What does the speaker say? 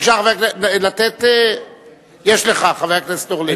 בבקשה, חבר הכנסת אורלב.